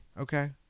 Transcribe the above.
okay